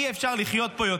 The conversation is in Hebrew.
אי-אפשר לחיות פה יותר.